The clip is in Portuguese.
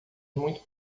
muito